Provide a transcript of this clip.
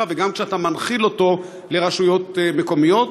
וגם כשאתה מנחיל אותו לרשויות מקומיות?